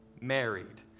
married